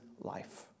life